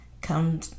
come